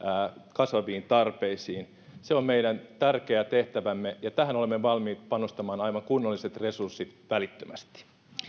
kasvaviin tarpeisiin se on meidän tärkeä tehtävämme ja tähän olemme valmiit panostamaan aivan kunnolliset resurssit välittömästi